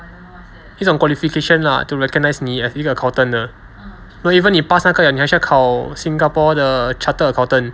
一种 qualification lah to recognise 你 as 一个 accountant 的 even 你 pass 那个了你还是要考 singapore 的 chartered accountant